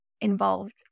involved